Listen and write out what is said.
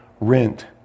rent